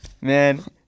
Man